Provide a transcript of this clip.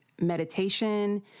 meditation